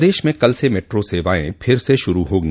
प्रदेश में कल से मेट्रो सेवाएं फिर से शुरू होंगी